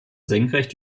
senkrecht